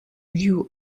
you